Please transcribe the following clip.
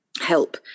help